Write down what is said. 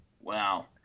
Wow